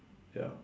ya